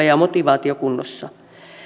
ja motivaatio kunnossa